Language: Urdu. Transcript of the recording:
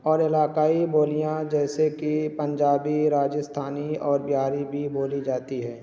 اور علاقائی بولیاں جیسے کہ پنجابی راجستھانی اور بہاری بھی بولی جاتی ہے